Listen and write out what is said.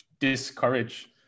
discourage